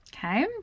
Okay